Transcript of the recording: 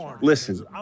Listen